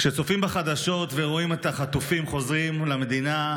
כשצופים בחדשות ורואים את החטופים חוזרים למדינה,